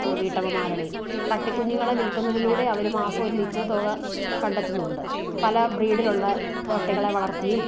വീട്ടമ്മമാരുടെയും പട്ടി കുഞ്ഞുങ്ങളെ വിൽക്കുന്നതിലൂടെ അവർ മാസമൊരു നിശ്ചിത തുക കണ്ടെത്തുന്നുണ്ട് പല ബ്രീഡിലുള്ള പട്ടികളെ വളർത്തിയും